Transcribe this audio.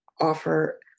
offer